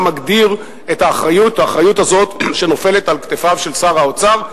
מגדיר את האחריות הזאת שנופלת על כתפיו של שר האוצר,